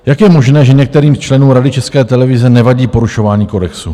Jak je možné, že některým členům Rady České televize nevadí porušování kodexu?